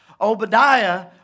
Obadiah